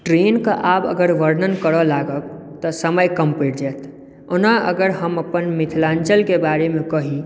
ट्रेनके आब अगर वर्णन करय लागब तऽ समय कम पड़ि जायत ओना हम अगर अपन मिथिलाञ्चलके बारेमे कही